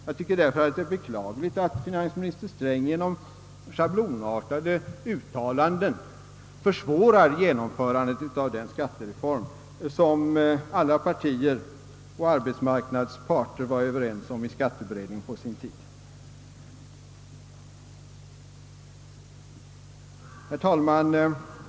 Jag tycker därför att det är beklagligt att finansminister Sträng genom schablonartade uttalanden försvårar genomförandet av den skattereform, som alla partier och arbetsmarknadens parter var överens om i skatteberedningen på sin tid.